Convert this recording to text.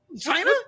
China